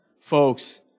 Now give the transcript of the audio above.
Folks